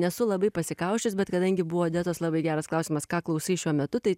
nesu labai pasikausčius bet kadangi buvo odetos labai geras klausimas ką klausai šiuo metu tai